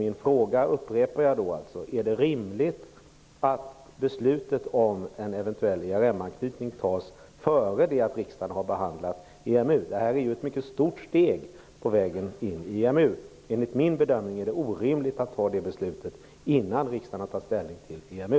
Jag upprepar min fråga: Är det rimligt att beslutet om en eventuell ERM-anknytning fattas före det att riksdagen har behandlat EMU? Detta är ju ett mycket stort steg på vägen in i EMU. Enligt min bedömning är det orimligt att ta det steget innan riksdagen har tagit ställning till EMU.